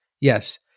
Yes